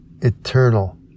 eternal